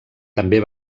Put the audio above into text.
també